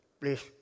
please